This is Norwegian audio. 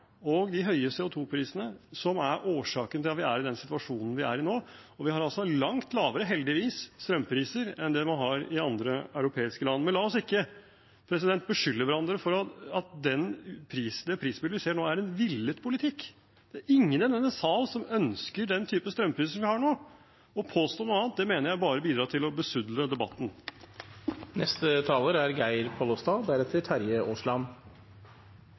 og de høye CO 2 -prisene som er årsaken til at vi er i den situasjonen vi er i nå. Og vi har altså – heldigvis – langt lavere strømpriser enn det man har i andre europeiske land. La oss ikke beskylde hverandre for at det prisbildet vi ser nå, er en villet politikk. Det er ingen i denne sal som ønsker den type strømpriser som vi har nå. Å påstå noe annet mener jeg bare bidrar til å besudle